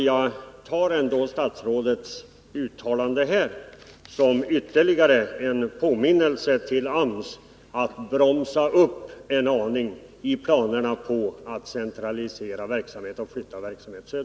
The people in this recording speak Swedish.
Jag tar ändå statsrådets uttalande här såsom ytterligare en påminnelse till AMS om att bromsa upp en aning i planerna på att centralisera verksamheten och flytta den söderut.